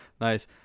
Nice